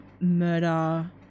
murder